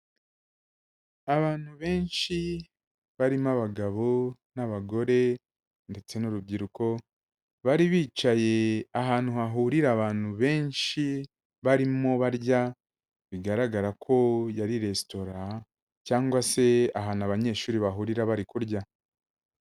Abantu benshi barimo abagabo n'abagore ndetse n'urubyiruko, bari bicaye ahantu hahurira abantu benshi barimo barya bigaragara ko yari resitora cyangwa se ahantu abanyeshuri bahurira bari kurya.